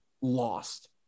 lost